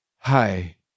Hi